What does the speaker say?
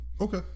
okay